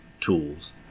tools